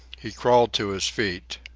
he crawled to his feet,